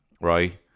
right